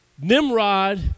Nimrod